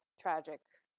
tragic